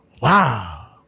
Wow